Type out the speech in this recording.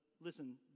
listen